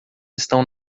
estão